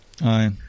Aye